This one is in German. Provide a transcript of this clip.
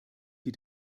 die